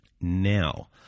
Now